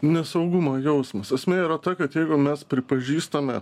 nesaugumo jausmas esmė yra ta kad jeigu mes pripažįstame